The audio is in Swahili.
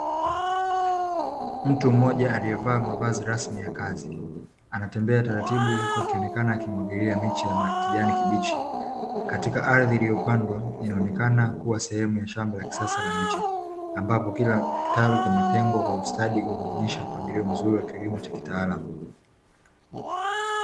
Mtu mmoja aliyevaa mavazi rasmi ya kazi anatembea taratibu, huku akionekana akimwagilia miche ya kijani kibichi katika ardhi iliyopandwa inaonekena kuwa sehemu ya shamba la kisasa la miche ambapo kila kitalu kimetengwa kwa ustadi inaonesha mpangilio mzuri wa kilimo cha kitaalamu.